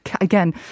again